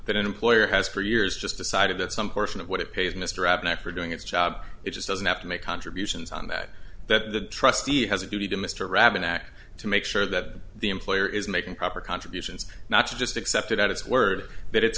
that an employer has for years just decided that some portion of what it pays mr abney after doing its job it just doesn't have to make contributions on that that the trustee has a duty to mr ravenel back to make sure that the employer is making proper contributions not just accept it at its word that it's